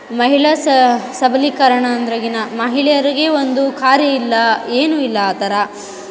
ಮಹಿಳಾ ಸಬಲೀಕರಣ ಅಂದ್ರೆ ಮಹಿಳೆಯರಿಗೆ ಒಂದು ಕಾರ್ಯ ಇಲ್ಲ ಏನು ಇಲ್ಲ ಆ ಥರ